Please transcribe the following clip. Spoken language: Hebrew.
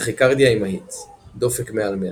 וטכיקרדיה אימהית דופק מעל 100